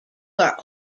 are